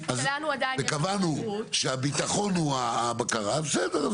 וקבענו שהביטחון הוא הבקרה אז בסדר,